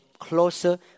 closer